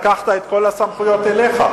לקחת את כל הסמכויות אליך,